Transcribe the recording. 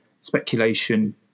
speculation